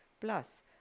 plus